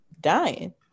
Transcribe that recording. dying